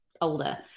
older